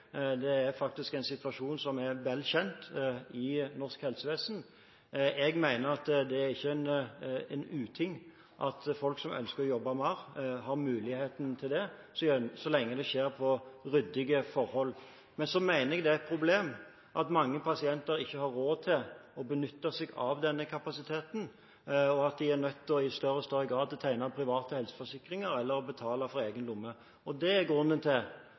Det er faktisk en situasjon som er vel kjent i norsk helsevesen. Jeg mener at det er ikke en uting at folk som ønsker å jobbe mer, har muligheten til det, så lenge det skjer under ryddige forhold. Men jeg mener det er et problem at mange pasienter ikke har råd til å benytte seg av denne kapasiteten, og at de i større og større grad er nødt til å tegne private helseforsikringer eller betale fra egen lomme. Det er grunnen til